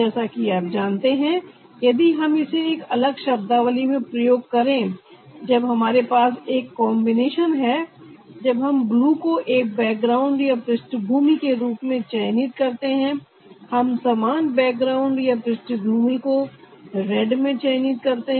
जैसा कि आप जानते हैं यदि हम इसे एक अलग शब्दावली में प्रयोग करें जब हमारे पास एक कॉन्बिनेशन है जब हम ब्लू को एक बैकग्राउंड या पृष्ठभूमि के रूप में चयनित करते हैं हम समान बैकग्राउंड या पृष्ठभूमि को रेड में चयनित करते हैं